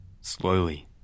Slowly